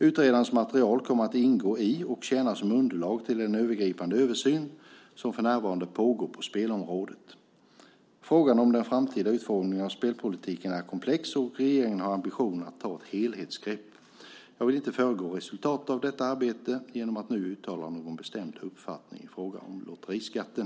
Utredarens material kommer att ingå i och tjäna som underlag till den övergripande översyn som för närvarande pågår på spelområdet. Frågan om den framtida utformningen av spelpolitiken är komplex, och regeringen har ambitionen att ta ett helhetsgrepp. Jag vill inte föregripa resultatet av detta arbete genom att nu uttala någon bestämd uppfattning i frågan om lotteriskatten.